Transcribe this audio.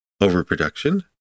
overproduction